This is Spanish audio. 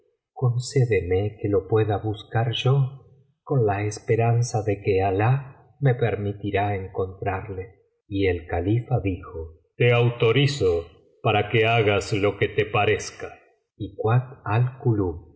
concédeme que lo pueda buscar yo con la esperanza de que alah me permitirá encontrarle y el califa dijo te autorizo para que hagas lo que te parezca y kuat